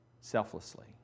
selflessly